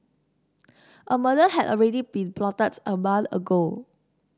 a murder had already been plotted a month ago